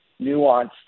nuanced